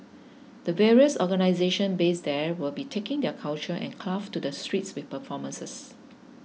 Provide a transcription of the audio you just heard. the various organisations based there will be taking their culture and crafts to the streets with performances